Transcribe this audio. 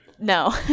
No